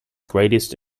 greatest